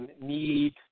need